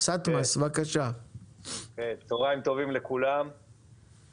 צהרים טובים לכולם,